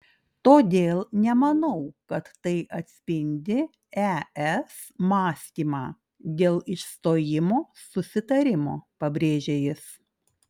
todėl nemanau kad tai atspindi es mąstymą dėl išstojimo susitarimo pabrėžė jis